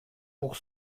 pour